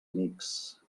amics